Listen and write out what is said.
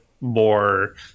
more